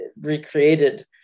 recreated